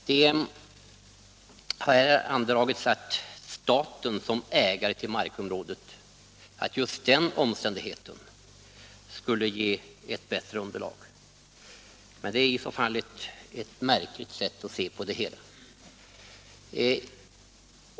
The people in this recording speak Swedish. Sedan har det anförts att den omständigheten att staten är ägare till markområdet skulle ge ett bättre underlag för tvångsbeslutet mot Solna kommun. Det är ett märkligt sätt att se på frågan.